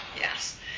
Yes